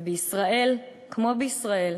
ובישראל כמו בישראל,